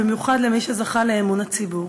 במיוחד למי שזכה לאמון הציבור.